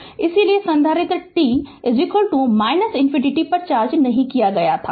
इसलिए संधारित्र t infinity पर चार्ज नहीं किया गया था